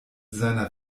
seiner